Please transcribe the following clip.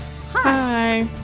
Hi